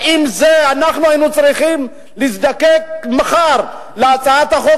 האם היינו צריכים להזדקק מחר להצעת החוק